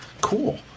cool